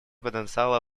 потенциала